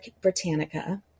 Britannica